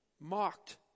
mocked